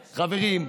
חברים,